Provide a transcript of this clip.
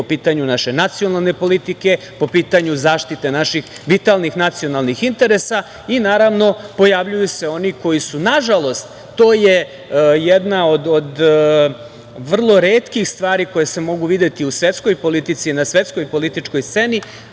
po pitanju naše nacionalne politike, po pitanju zaštite naših vitalnih nacionalnih interesa i, naravno, pojavljuju se oni koji su, nažalost, to je jedna od vrlo retkih stvari koje se mogu videti u svetskoj politici, na svetskoj političkoj sceni,